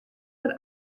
der